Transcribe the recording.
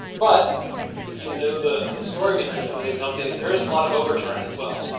but if you know the the story behind some of these companies, there is a lot of overturn as well.